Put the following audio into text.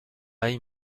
high